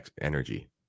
energy